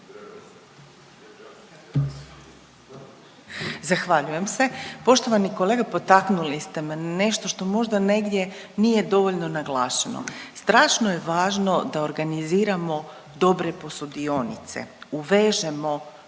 Zahvaljujem se. Poštovani kolega, potaknuli ste me, nešto što možda negdje nije dovoljno naglašeno. Strašno je važno da organiziramo dobre posudionice, uvežemo